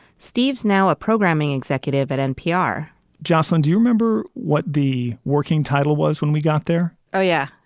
steve's now a programming executive at npr josslyn, do you remember what the working title was when we got there? oh, yeah,